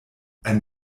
ein